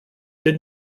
did